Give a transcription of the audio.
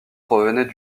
provenaient